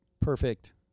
perfect